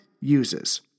uses